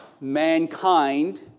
mankind